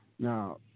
Now